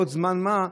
בעוד זמן מה,